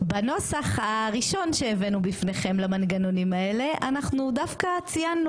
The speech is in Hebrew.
בנוסח הראשון שהבאנו בפניכם למנגנונים האלה אנחנו דווקא ציינו